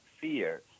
fear